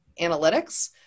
analytics